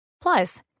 Plus